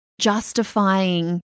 justifying